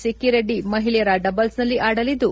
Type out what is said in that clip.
ಸಿಕ್ಕಿರೆಡ್ಡಿ ಮಹಿಳೆಯರ ಡಬಲ್ಸ್ನಲ್ಲಿ ಆಡಲಿದ್ದು